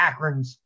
Akrons